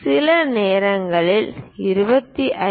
சில நேரங்களில் 22